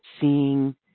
seeing